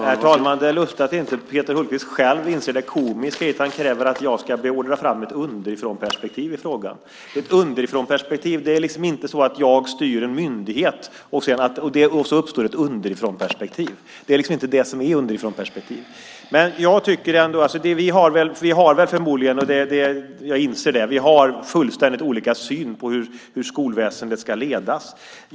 Herr talman! Det är lustigt att Peter Hultqvist inte själv inser det komiska i att han kräver att jag ska beordra fram ett underifrånperspektiv i frågan. Det är inte så att jag styr en myndighet och så uppstår det ett underifrånperspektiv. Det är inte det som är underifrånperspektivet. Jag inser att vi har fullständigt olika syn på hur skolväsendet ska ledas.